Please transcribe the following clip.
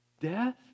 Death